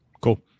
Cool